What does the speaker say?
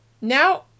Now